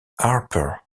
harper